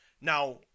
now